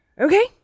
okay